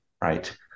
right